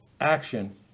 action